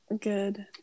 good